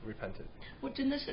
Repented